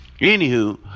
Anywho